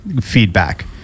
feedback